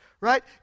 right